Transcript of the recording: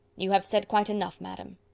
you have said quite enough, madam.